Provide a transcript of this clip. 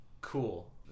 Cool